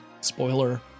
spoiler